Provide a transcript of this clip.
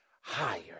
higher